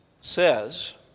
says